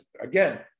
Again